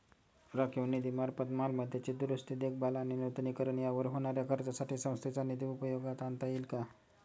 राखीव निधीमार्फत मालमत्तेची दुरुस्ती, देखभाल आणि नूतनीकरण यावर होणाऱ्या खर्चासाठी संस्थेचा निधी उपयोगात आणता येईल का?